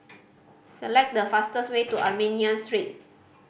select the fastest way to Armenian Street